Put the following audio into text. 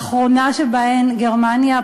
האחרונה שבהן גרמניה,